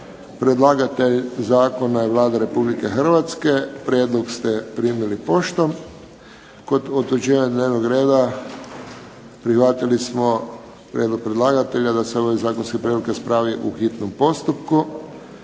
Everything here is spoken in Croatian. Predlagatelj zakona je Vlada Republike Hrvatske. Prijedlog ste primili poštom. Kod utvrđivanja dnevnog reda prihvatili smo prijedlog predlagatelja da se ovaj zakonski prijedlog raspravi u hitnom postupku.